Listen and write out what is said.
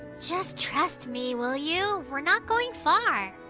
just trust me, will you? we are not going far.